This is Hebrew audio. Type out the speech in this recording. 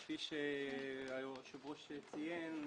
כפי שהיושב ראש ציין,